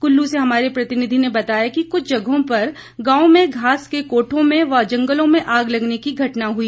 कुल्लू से हमारे प्रतिनिधि ने बताया कि कुछ जगहों पर गांव में घास के कोठों में व जंगलों में आग लगने की घटना हुई